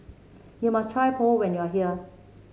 you must try Pho when you are here